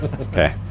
Okay